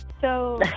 So-